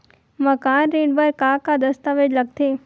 मकान ऋण बर का का दस्तावेज लगथे?